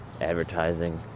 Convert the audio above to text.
Advertising